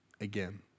again